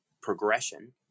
progression